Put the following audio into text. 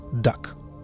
duck